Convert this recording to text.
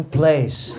place